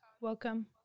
welcome